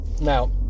Now